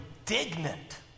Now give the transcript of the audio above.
indignant